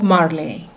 Marley